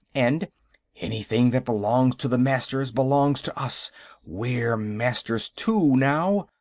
and anything that belongs to the masters belongs to us we're masters too, now.